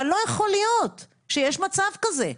אבל לא יכול להיות שיש מצב כזה.